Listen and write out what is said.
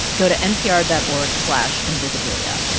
go to npr dot org slash invisibilia.